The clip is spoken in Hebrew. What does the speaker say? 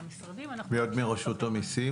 מי עוד מרשות המיסים?